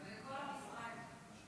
לכל עם ישראל.